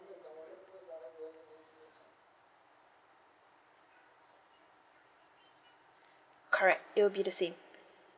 correct it will be the same